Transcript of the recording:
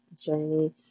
journey